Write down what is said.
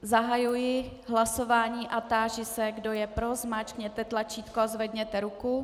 Zahajuji hlasování a táži se, kdo je pro, zmáčkněte tlačítko a zvedněte ruku.